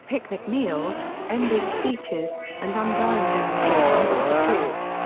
picnic meals, endless speeches, and undying demonstrations of support.